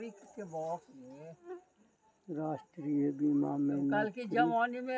राष्ट्रीय बीमा मे नौकरीपेशा लोग योगदान करै छै